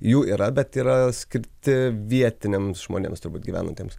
jų yra bet yra skirti vietiniams žmonėms turbūt gyvenantiems